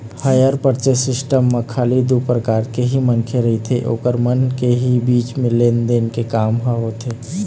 hire purchase system म खाली दू परकार के ही मनखे रहिथे ओखर मन के ही बीच लेन देन के काम ह होथे